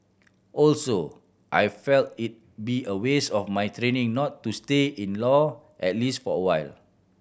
also I feel it'd be a waste of my training not to stay in law at least for a while